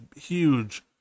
huge